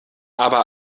aber